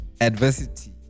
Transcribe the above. adversity